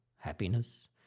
happiness